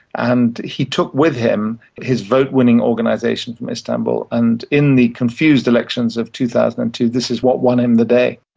and he took with him his vote-winning organisation from istanbul and in the confused elections of two thousand and two, this is what won him the day.